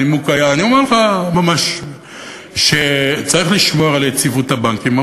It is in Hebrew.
הנימוק היה שצריך לשמור על יציבות הבנקים,